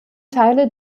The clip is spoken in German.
teile